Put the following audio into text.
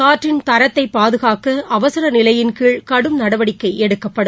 காற்றின் தரத்தைபாதுகாக்கஅவசரநிலையின் கீழ் கடும் நடவடிக்கைஎடுக்கப்படும்